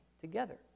together